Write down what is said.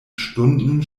stunden